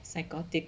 psychotic